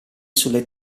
sulle